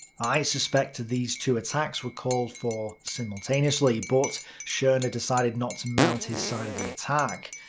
i suspect these two attacks were called for simultaneously, but schorner decided not to mount his side of the attack.